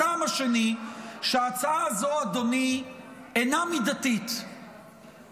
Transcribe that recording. הטעם השני הוא שההצעה הזו אינה מידתית, אדוני.